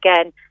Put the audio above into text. again